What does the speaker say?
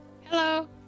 Hello